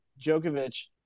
Djokovic